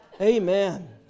Amen